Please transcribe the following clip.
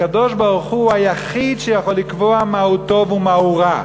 הקדוש-ברוך-הוא הוא היחיד שיכול לקבוע מהו טוב ומהו רע.